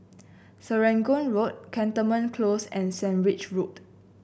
Serangoon Road Cantonment Close and Sandwich Road